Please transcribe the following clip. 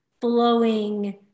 flowing